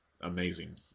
amazing